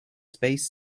space